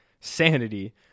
sanity